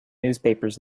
newspapers